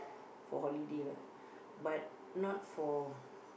for holiday lah but not for